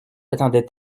attendait